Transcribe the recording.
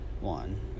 one